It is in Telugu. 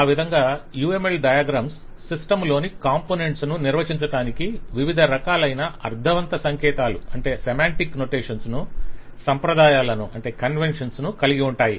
ఆ విధంగా UML డయాగ్రమ్స్ సిస్టమ్ లోని కాంపొనెంట్స్ ను నిర్వచించటానికి వివిధ రకాలైన అర్ధవంత సంకేతాలను సంప్రదాయాలను కలిగి ఉంటాయి